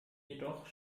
jedoch